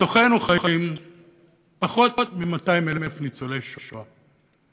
בתוכנו חיים פחות מ-200,000 ניצולי השואה.